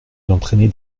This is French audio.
d’entraîner